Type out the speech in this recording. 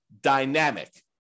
dynamic